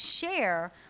share